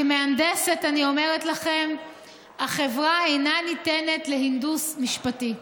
כמהנדסת אני אומרת לכם שהחברה אינה ניתנת להנדוס משפטי.